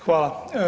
Hvala.